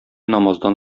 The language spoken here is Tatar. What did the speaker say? намаздан